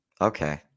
Okay